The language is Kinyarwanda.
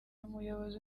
umuyobozi